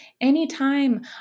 Anytime